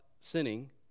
sinning